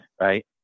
right